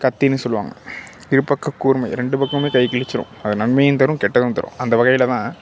கத்தின்னு சொல்வாங்க இருபக்க கூர்மை ரெண்டு பக்கமுமே கையை கிழிச்சுடும் அது நன்மையும் தரும் கெட்டதும் தரும் அந்த வகையில் தான்